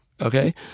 okay